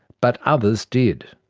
but others did.